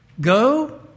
Go